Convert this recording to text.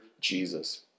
Jesus